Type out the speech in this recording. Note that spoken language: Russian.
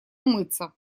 умыться